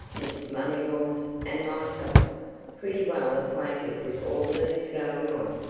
mr. moneylaws, and myself pretty well acquainted with all that is going on,